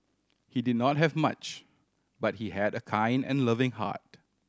he did not have much but he had a kind and loving heart